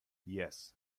yes